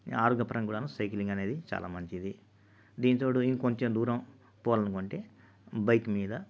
ఆరోగ్య పరంగానూ సైక్లింగ్ అనేది చాలా మంచిది దీనికి తోడు ఇంకొంచెం దూరం పోవాలనుకుంటే బైకు మీద